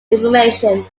information